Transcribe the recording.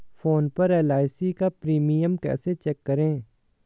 Phone पर LIC का premium कैसे चेक करें?